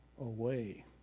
away